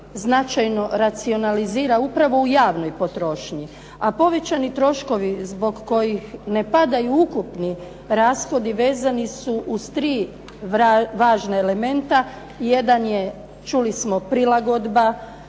značajno racionalizira upravo u javnoj potrošnji. A povećani troškovi zbog kojih ne padaju ukupni rashodi, vezani su uz tri važna elementa. Jedan je čuli smo prilagodba